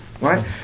right